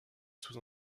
sous